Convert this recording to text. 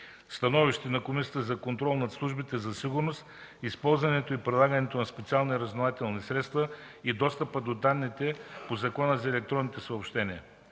„СТАНОВИЩЕ на Комисията за контрол над службите за сигурност, използването и прилагането на специални разузнавателни средства и достъпа до данните по Закона за електронните съобщения